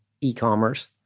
e-commerce